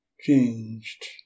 changed